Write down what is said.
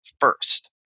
first